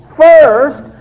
first